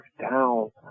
down